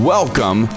Welcome